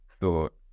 thought